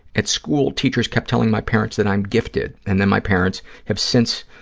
at school, teachers kept telling my parents that i'm gifted, and then my parents have since,